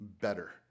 better